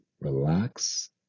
relax